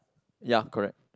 ya correct